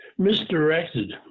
misdirected